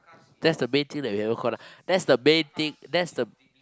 that's the main thing that you haven't caught up that's the main thing that's the